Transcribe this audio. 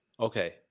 Okay